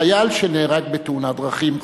חייל שנהרג בתאונת דרכים,